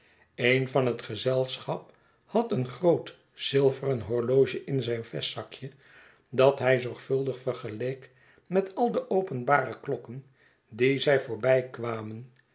een van het gezeischap had een groot zilveren horloge in zijn vestzakje dat hij zorgvuldig vergeleek met al de openbare klokken die zij voorbijkwamen